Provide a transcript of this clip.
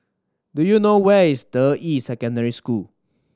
do you know where is Deyi Secondary School